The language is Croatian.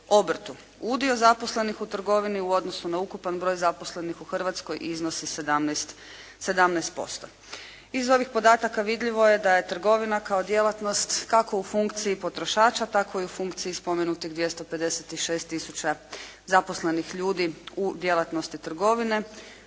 Udio zaposlenih u trgovini u odnosu na ukupan broj zaposlenih u Hrvatskoj iznosi 17%. Iz ovih podataka vidljivo je da je trgovina kao djelatnost kako u funkciji potrošača tako i u funkciji spomenutih 256 tisuća zaposlenih ljudi u djelatnosti trgovine,